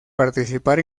participar